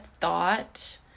thought